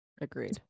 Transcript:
Agreed